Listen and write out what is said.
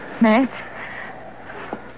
Matt